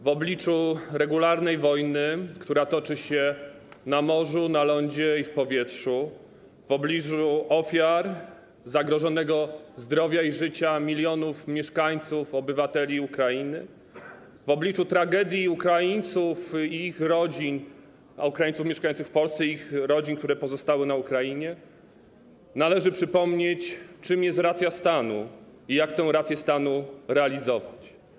W obliczu regularnej wojny, która toczy się na morzu, na lądzie i w powietrzu, w obliczu ofiar, zagrożonego zdrowia i życia milionów mieszkańców, obywateli Ukrainy, w obliczu tragedii Ukraińców i ich rodzin, Ukraińców mieszkających w Polsce i ich rodzin, które pozostały na Ukrainie, należy przypomnieć, czym jest racja stanu i jak tę rację stanu realizować.